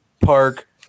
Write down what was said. park